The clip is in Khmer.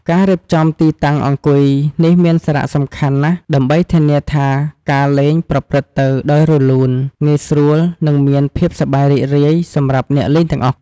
ការរៀបចំទីតាំងអង្គុយនេះមានសារៈសំខាន់ណាស់ ដើម្បីធានាថាការលេងប្រព្រឹត្តទៅដោយរលូន ងាយស្រួល និងមានភាពសប្បាយរីករាយសម្រាប់អ្នកលេងទាំងអស់។